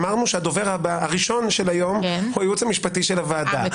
אמרנו שהדובר הראשון של היום הוא הייעוץ המשפטי של הוועדה.